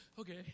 Okay